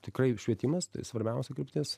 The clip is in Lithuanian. tikrai švietimas tai svarbiausia kryptis